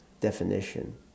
definition